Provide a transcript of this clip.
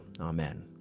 Amen